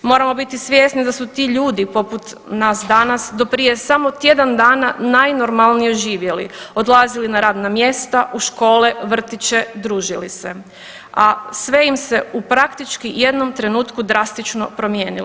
Moramo biti svjesni da su ti ljudi poput nas danas, do prije samo tjedan dana najnormalnije živjeli, odlazili na radna mjesta, u škole, vrtiće, družili se, a sve im se u praktički jednom trenutku drastično promijenilo.